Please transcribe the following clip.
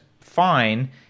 fine